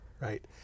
Right